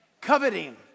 coveting